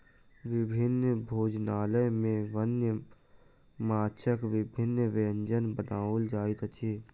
विभिन्न भोजनालय में वन्य माँछक विभिन्न व्यंजन बनाओल जाइत अछि